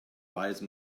wise